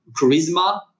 charisma